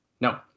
no